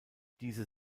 diese